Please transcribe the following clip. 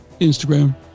Instagram